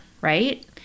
right